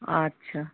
আচ্ছা